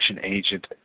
agent